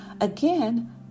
again